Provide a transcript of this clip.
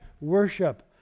worship